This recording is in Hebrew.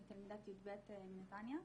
אני תלמידת י"ב מנתניה.